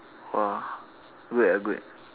!wah! good lah good